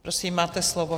Prosím, máte slovo.